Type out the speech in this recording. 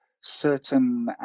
certain